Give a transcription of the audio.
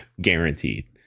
Guaranteed